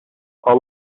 all